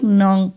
non